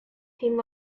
him